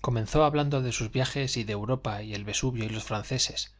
comenzó hablando de sus viajes y de europa y el vesubio y los franceses